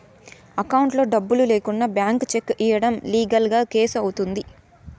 అకౌంట్లో డబ్బులు లేకుండా బ్లాంక్ చెక్ ఇయ్యడం లీగల్ గా కేసు అవుతుంది